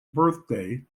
birthday